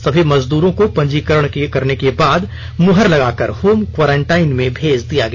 सभी मजदूरों को पंजीकरण करने के बाद मुहर लगाकर होम क्वारंटाइन में भेज दिया गया